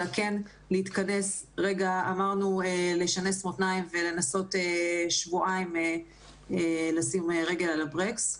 אלא כן להתכנס רגע ולשנס מותניים ולנסות שבועיים לשים רגל על הברקס.